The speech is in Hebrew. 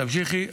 תמשיכי.